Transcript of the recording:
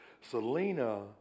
Selena